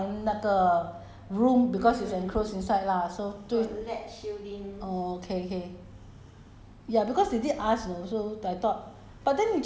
orh other patients there orh so 最好是去他们那个 room because it's enclosed inside lah so 对 orh okay okay